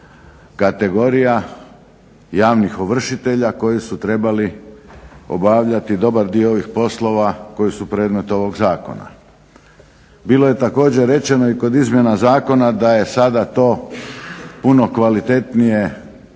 kategorija javnih ovršitelja koji su trebali obavljati dobar dio ovih poslova koji su predmet ovog zakona. Bilo je također rečeno i kod izmjena zakona da je sada to puno kvalitetnije